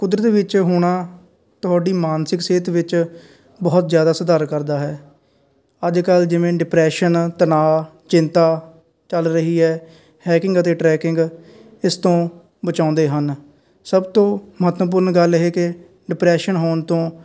ਕੁਦਰਤ ਵਿੱਚ ਹੋਣਾ ਤੁਹਾਡੀ ਮਾਨਸਿਕ ਸਿਹਤ ਵਿੱਚ ਬਹੁਤ ਜ਼ਿਆਦਾ ਸੁਧਾਰ ਕਰਦਾ ਹੈ ਅੱਜ ਕੱਲ੍ਹ ਜਿਵੇਂ ਡਿਪਰੈਸ਼ਨ ਤਣਾਅ ਚਿੰਤਾ ਚੱਲ ਰਹੀ ਹੈ ਹੈਕਿੰਗ ਅਤੇ ਟਰੈਕਿੰਗ ਇਸ ਤੋਂ ਬਚਾਉਂਦੇ ਹਨ ਸਭ ਤੋਂ ਮਹੱਤਵਪੂਰਨ ਗੱਲ ਇਹ ਕਿ ਡਿਪਰੈਸ਼ਨ ਹੋਣ ਤੋਂ